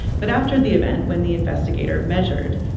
but after the event when the investigator measured,